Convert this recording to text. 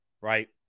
right